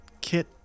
Kit